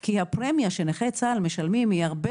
כי הפרמיה שנכי צה"ל משלמים היא הרבה